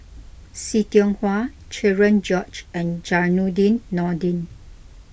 See Tiong Wah Cherian George and Zainudin Nordin